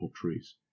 trees